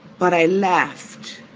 but i left.